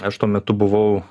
aš tuo metu buvau